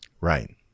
right